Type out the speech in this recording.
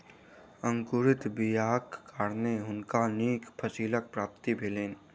अंकुरित बीयाक कारणें हुनका नीक फसीलक प्राप्ति भेलैन